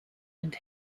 and